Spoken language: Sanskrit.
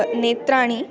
नेत्राणि